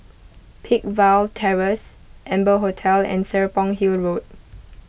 Peakville Terrace Amber Hotel and Serapong Hill Road